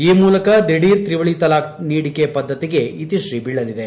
ಈ ಮೂಲಕ ದಿಧೀರ್ ತ್ರಿವಳಿ ತಲಾಖ್ ನೀಡಿಕೆ ಪದ್ದತಿಗೆ ಇತಿಶ್ರೀ ಬೀಳಲಿದೆ